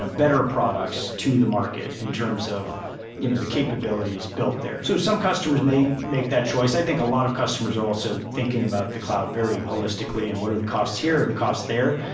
ah better products to the market in terms of you know the capabilities built there. so some customers may make that choice. i think a lot of customers are also thinking about the cloud very holistically and where are the costs here, or the costs there.